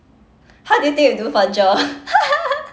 how did you think you do for GER